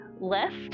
left